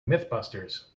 mythbusters